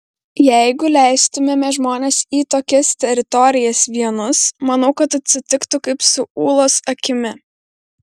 jeigu leistumėme žmones į tokias teritorijas vienus manau kad atsitiktų kaip su ūlos akimi